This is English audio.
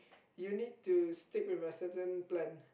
you need to stick with a certain plan